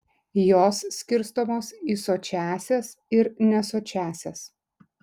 jos skirstomos į sočiąsias ir nesočiąsias